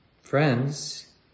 Friends